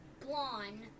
Blonde